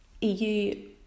EU